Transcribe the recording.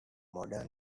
modern